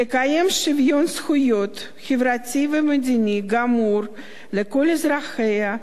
"תקיים שוויון זכויות חברתי ומדיני גמור לכל אזרחיה,